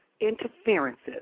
interferences